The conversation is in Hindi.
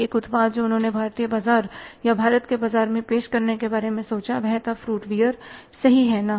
एक उत्पाद जो उन्होंने भारतीय बाजार या भारत के बाजार में पेश करने के बारे में सोचा वह था फ्रूट बीयर सही है ना